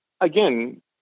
again